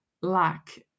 lack